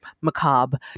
macabre